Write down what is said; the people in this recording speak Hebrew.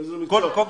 איזה מקצוע?